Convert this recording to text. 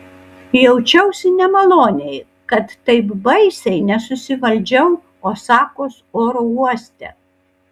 jaučiausi nemaloniai kad taip baisiai nesusivaldžiau osakos oro uoste